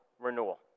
renewal